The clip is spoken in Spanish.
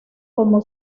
como